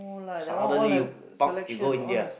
suddenly you pop you go India